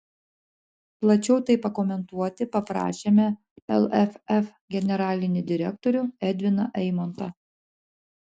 plačiau tai pakomentuoti paprašėme lff generalinį direktorių edviną eimontą